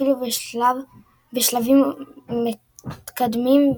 אפילו בשלבים מתקדמים,